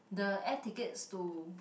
the air tickets to